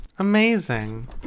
Amazing